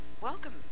Welcome